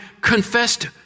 confessed